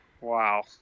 Wow